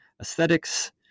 aesthetics